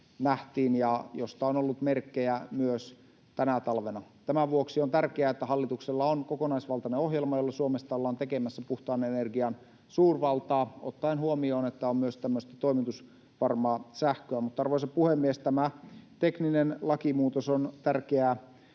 nähtiin ja joista on ollut merkkejä myös tänä talvena. Tämän vuoksi on tärkeää, että hallituksella on kokonaisvaltainen ohjelma, jolla Suomesta ollaan tekemässä puhtaan energian suurvaltaa, ottaen huomioon, että on myös tämmöistä toimitusvarmaa sähköä. Arvoisa puhemies! Tämä tekninen lakimuutos on tärkeää